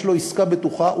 יש לו עסקה בטוחה.